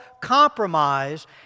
compromise